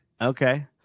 Okay